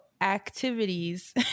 activities